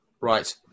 right